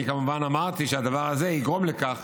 אני כמובן אמרתי שהדבר הזה יגרום לכך